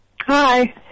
Hi